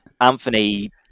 Anthony